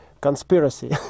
conspiracy